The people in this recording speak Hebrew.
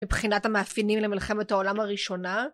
מבחינת המאפיינים למלחמת העולם הראשונה